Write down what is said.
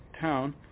town